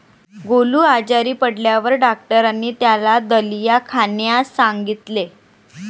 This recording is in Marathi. गोलू आजारी पडल्यावर डॉक्टरांनी त्याला दलिया खाण्यास सांगितले